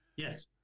Yes